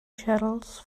schedules